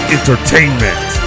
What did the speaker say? Entertainment